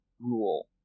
rule